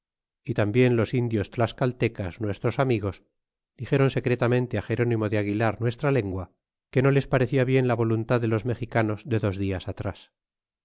y tambien los indios tlascaltecas nuestros amigos dixeron secretamente á gerónimo de aguilar nuestra lengua que no les parecia bien la voluntad de los mexicanos de dos dias atrás